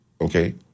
okay